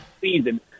season